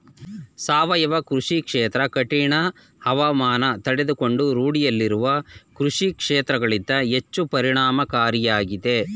ಸಾವಯವ ಕೃಷಿ ಕ್ಷೇತ್ರ ಕಠಿಣ ಹವಾಮಾನ ತಡೆದುಕೊಂಡು ರೂಢಿಯಲ್ಲಿರುವ ಕೃಷಿಕ್ಷೇತ್ರಗಳಿಗಿಂತ ಹೆಚ್ಚು ಪರಿಣಾಮಕಾರಿಯಾಗಿದೆ